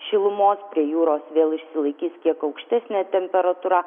šilumos prie jūros vėl išsilaikys kiek aukštesnė temperatūra